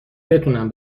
بتونم